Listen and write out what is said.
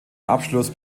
abschluss